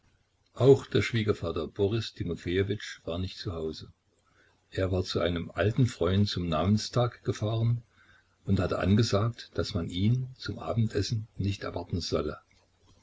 auch der schwiegervater boris timofejewitsch war nicht zu hause er war zu einem alten freund zum namenstag gefahren und hatte angesagt daß man ihn zum abendessen nicht erwarten solle